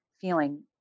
feeling